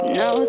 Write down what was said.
no